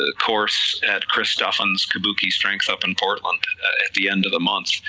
ah course at chris duffin's kabuki strength up in portland at the end of the month,